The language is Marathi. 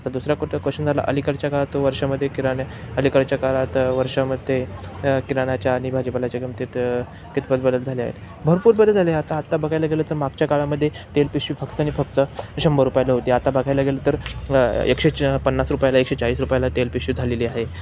आता दुसरा कुठं क्वेशन झाला अलीकडच्या काळात वर्षामध्ये किराण्या अलीकडच्या काळात वर्षामध्ये किराण्याच्या आणि भाजीपाल्याच्या किमतीत कितपत बदल झाले आहेत भरपूर बदल झाले आता आत्ता बघायला गेलं तर मागच्या काळामध्ये तेल पिशवी फक्त आणि फक्त शंभर रुपयाला होती आता बघायला गेलं तर एकशे पन्नास रुपयाला एकशे चाळीस रुपयाला तेल पिशवी झालेली आहे